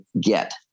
get